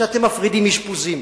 וכשאתם מפרידים אשפוזים?